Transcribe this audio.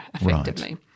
effectively